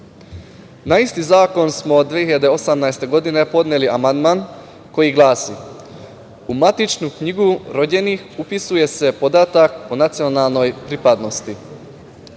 isti zakon smo 2018. godine podneli amandman koji glasi – u matičnu knjigu rođenih upisuje se podatak o nacionalnoj pripadnosti.